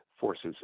forces